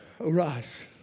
arise